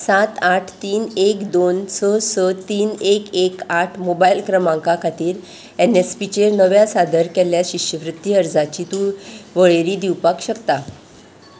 सात आठ तीन एक दोन स स तीन एक एक आठ मोबायल क्रमांका खातीर एनएसपीचेर नव्या सादर केल्ल्या शिश्यवृत्ती अर्जाची तूं वळेरी दिवपाक शकता